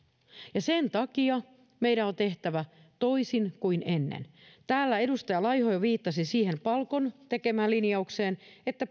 ja sen takia meidän on tehtävä toisin kuin ennen täällä edustaja laiho jo viittasi siihen palkon tekemä linjaukseen että